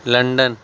London